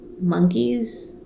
monkeys